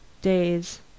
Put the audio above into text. days